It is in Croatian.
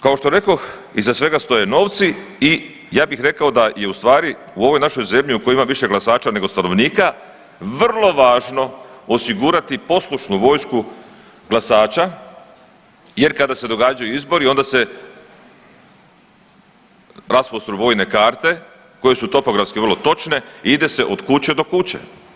Kao što rekoh iza svega stoje novci i ja bih rekao da je u stvari u ovoj našoj zemlji u kojoj ima više glasača nego stanovnika vrlo važno osigurati poslušnu vojsku glasača jer kada se događaju izbori onda se rasprostu vojne karte koje su topografske vrlo točne i ide se od kuće do kuće.